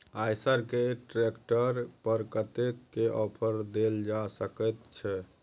आयसर के ट्रैक्टर पर कतेक के ऑफर देल जा सकेत छै?